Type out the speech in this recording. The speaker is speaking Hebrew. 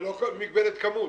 ללא כל מגבלת כמות.